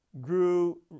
grew